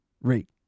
rate